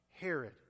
Herod